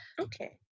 okay